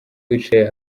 wicaye